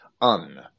un